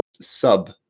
sub